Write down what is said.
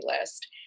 list